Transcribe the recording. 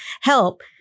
help